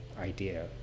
idea